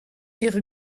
ihre